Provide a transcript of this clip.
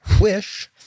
wish